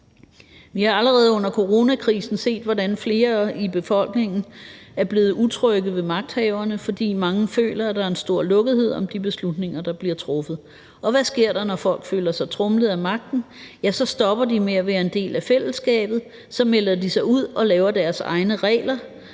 Vi har allerede under coronakrisen set, hvordan flere i befolkningen er blevet utrygge ved magthaverne, fordi mange føler, at der er en stor lukkethed om de beslutninger, der bliver truffet. Og hvad sker der, når folk føler sig tromlet af magten? Ja, så stopper de med at være en del af fællesskabet. Så melder de sig ud og laver deres egne regler,